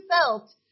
felt